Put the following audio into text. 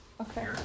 Okay